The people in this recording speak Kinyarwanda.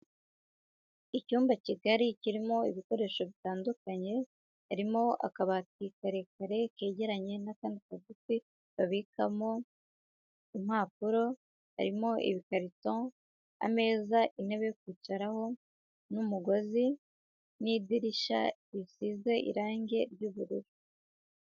Icyumba kigari kirimo ibikoresho bitandukanye harimo akabati karekare kegeranye n'akandi kagufi babikamo impapuro, harimo ibikarito, ameza, intebe yo kwicaraho n'umugozi, n'idirishya risize irange ry'ubururu.